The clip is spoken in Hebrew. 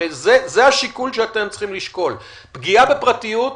הרי זה השיקול שאתם צריכים לשקול, פגיעה בפרטיות,